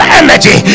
energy